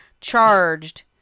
charged